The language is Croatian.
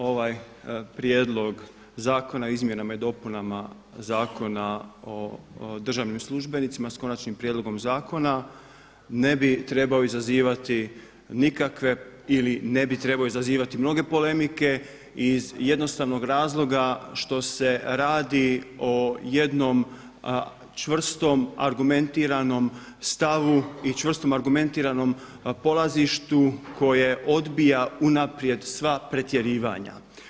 Ovaj Prijedlog zakona o izmjenama i dopunama Zakona o državnim službenicima, s Konačnim prijedlogom Zakona ne bi trebao izazivati nikakve ili ne bi trebao izazivati mnoge polemike iz jednostavnog razloga što se radi o jednom čvrstom argumentiranom stavu i čvrstom argumentiranom polazištu koje odbija unaprijed sva pretjerivanja.